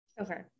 Okay